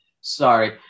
Sorry